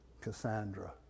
Cassandra